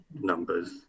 numbers